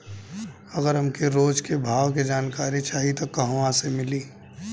अगर हमके रोज के भाव के जानकारी चाही त कहवा से मिली?